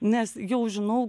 nes jau žinau